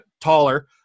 taller